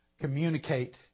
communicate